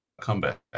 comeback